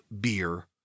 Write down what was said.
Beer